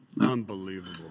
Unbelievable